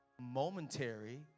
momentary